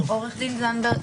עורך דין זנדברג,